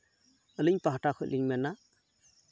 ᱟᱹᱞᱤᱧ ᱯᱟᱦᱴᱟ ᱠᱷᱚᱡ ᱞᱤᱧ ᱢᱮᱱᱟ